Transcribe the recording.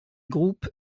groupes